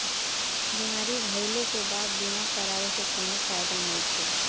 बीमार भइले के बाद बीमा करावे से कउनो फायदा नइखे